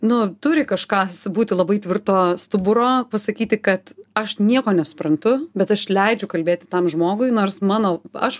nu turi kažkas būti labai tvirto stuburo pasakyti kad aš nieko nesuprantu bet aš leidžiu kalbėti tam žmogui nors manau aš